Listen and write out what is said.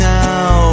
now